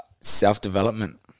self-development